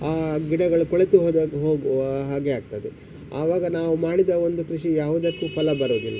ಆ ಗಿಡಗಳು ಕೊಳೆತು ಹೋದ ಹೋಗುವ ಹಾಗೆ ಆಗ್ತದೆ ಆವಾಗ ನಾವು ಮಾಡಿದ ಒಂದು ಕೃಷಿ ಯಾವುದಕ್ಕೂ ಫಲ ಬರುವುದಿಲ್ಲ